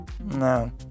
No